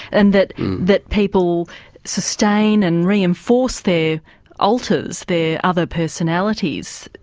and that that people sustain and reinforce their alters, their other personalities,